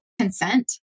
consent